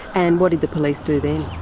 and what did the police do then?